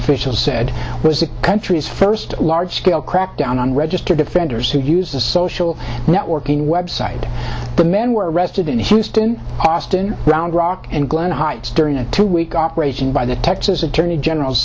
officials said was the country's first large scale crackdown on registered offenders who use the social networking website the men were arrested in houston austin round rock and glen heights during a two week operation by the texas attorney general's